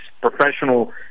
professional